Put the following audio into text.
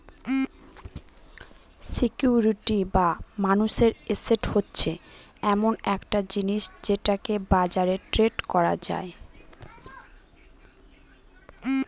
security বা মানুষের asset হচ্ছে এমন একটা জিনিস যেটাকে বাজারে ট্রেড করা যায়